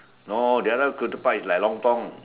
no the other ketupat is like lontong